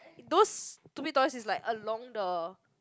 those stupid toys is like along the